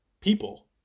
people